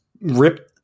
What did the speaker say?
rip